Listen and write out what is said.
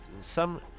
some-